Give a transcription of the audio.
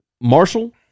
Marshall